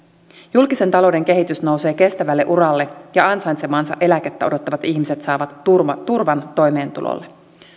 julkisen talouden kehitys nousee kestävälle uralle ja ansaitsemaansa eläkettä odottavat ihmiset saavat turvan turvan toimeentulolle